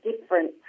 different